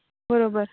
बरोबर